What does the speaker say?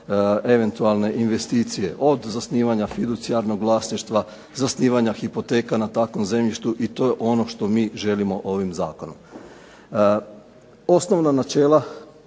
eventualne investicije, od zasnivanja fiducijarnog vlasništva, zasnivanja hipoteka na takvom zemljištu i to je ono što mi želimo ovim zakonom. Osnovna načela